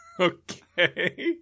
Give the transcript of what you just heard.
Okay